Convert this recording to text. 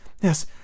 yes